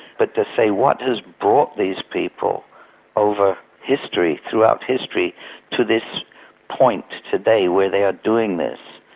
but to say, what has brought these people over history throughout history to this point today, where they are doing this?